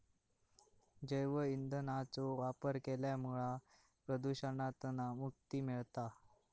जैव ईंधनाचो वापर केल्यामुळा प्रदुषणातना मुक्ती मिळता